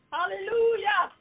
Hallelujah